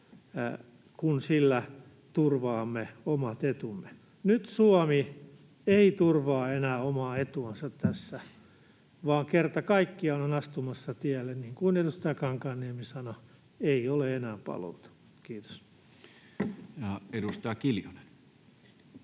kun sillä turvaamme omat etumme. Nyt Suomi ei turvaa enää omaa etuansa tässä, vaan kerta kaikkiaan on astumassa tielle, niin kuin edustaja Kankaanniemi sanoi, jolta ei ole enää paluuta. — Kiitos. [Speech